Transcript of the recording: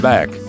Back